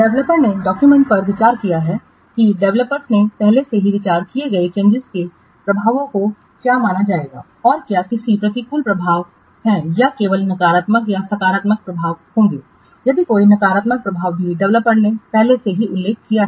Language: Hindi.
डेवलपर ने डॉक्यूमेंट पर विचार किया है कि डेवलपर्स ने पहले से ही विचार किए गए चेंजिंस के प्रभावों को क्या माना जाएगा और क्या कोई प्रतिकूल प्रभाव है या केवल सकारात्मक प्रभाव होगा यदि कोई नकारात्मक प्रभाव भी डेवलपर ने पहले ही उल्लेख किया है